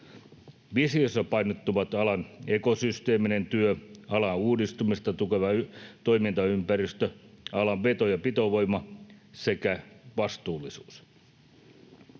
Visiossa painottuvat alan ekosysteeminen työ, alan uudistumista tukeva toimintaympäristö, alan veto- ja pitovoima sekä vastuullisuus.